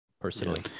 personally